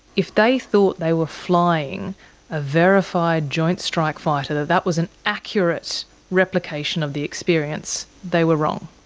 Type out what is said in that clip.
if they thought they were flying a verified joint strike fighter, that that was an accurate replication of the experience, they were wrong?